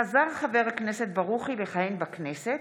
חזר חבר הכנסת ברוכי לכהן בכנסת,